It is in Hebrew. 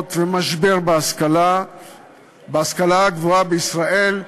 וימנע משבר בהשכלה הגבוהה בישראל,